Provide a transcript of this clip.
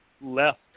left